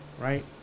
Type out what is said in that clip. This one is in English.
right